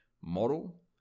model